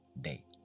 day